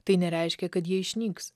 tai nereiškia kad jie išnyks